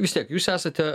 vis tiek jūs esate